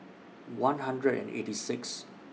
one hundred and eighty Sixth